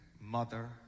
mother